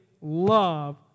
love